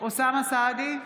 אוסאמה סעדי,